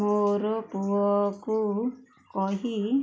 ମୋର ପୁଅକୁ କହି